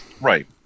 Right